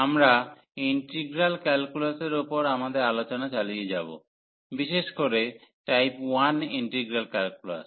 আমরা ইন্টিগ্রাল ক্যালকুলাসের উপর আমাদের আলোচনা চালিয়ে যাব বিশেষ করে টাইপ 1 ইন্টিগ্রাল ক্যালকুলাস